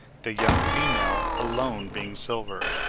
the young female alone being silver.